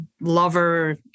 lover